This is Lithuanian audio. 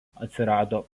atsirado